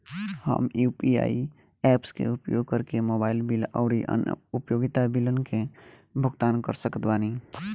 हम UPI apps के उपयोग करके मोबाइल बिल आउर अन्य उपयोगिता बिलन के भुगतान कर सकत बानी